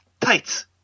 tights